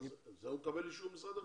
לזה הוא מקבל אישור ממשרד החינוך.